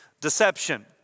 deception